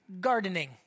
Gardening